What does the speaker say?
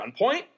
gunpoint